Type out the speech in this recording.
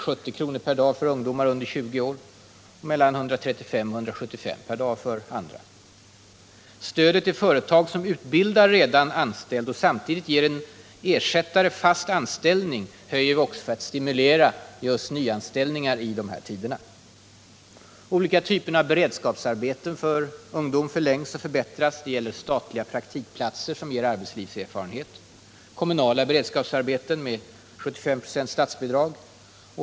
Stödet till företag som utbildar redan anställd och samtidigt ger en ersättare fast anställning ökar vi också för att stimulera till just nyanställningar i dessa tider. De olika typerna av beredskapsarbeten för ungdom förlängs och förbättras. Det gäller statliga praktikplatser som ger arbetslivserfarenhet och kommunala beredskapsarbeten med 75 96 statsbidrag.